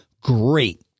Great